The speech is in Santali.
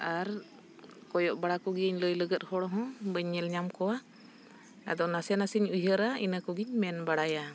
ᱟᱨ ᱠᱚᱭᱚᱜ ᱵᱟᱲᱟ ᱠᱚᱜᱮᱭᱟᱹᱧ ᱞᱟᱹᱭ ᱞᱟᱹᱜᱤᱫ ᱦᱚᱲ ᱦᱚᱸ ᱵᱟᱹᱧ ᱧᱮᱞ ᱧᱟᱢ ᱠᱚᱣᱟ ᱟᱫᱚ ᱱᱟᱥᱮ ᱱᱟᱥᱮᱧ ᱩᱭᱦᱟᱹᱨᱟ ᱤᱱᱟᱹ ᱠᱚᱜᱮᱧ ᱢᱮᱱ ᱵᱟᱲᱟᱭᱟ